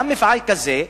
גם מפעל כזה,